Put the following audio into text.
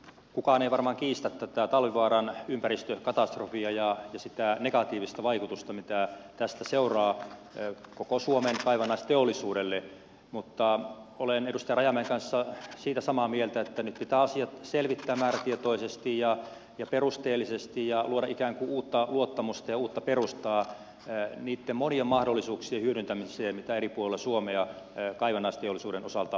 kukaan ei varmaan kiistä tätä talvivaaran ympäristökatastrofia ja sitä negatiivista vaikutusta mikä tästä seuraa koko suomen kaivannaisteollisuudelle mutta olen edustaja rajamäen kanssa samaa mieltä siitä että nyt pitää asiat selvittää määrätietoisesti ja perusteellisesti ja luoda ikään kuin uutta luottamusta ja uutta perustaa niitten monien mahdollisuuksien hyödyntämiseen mitä eri puolilla suomea kaivannaisteollisuuden osalta on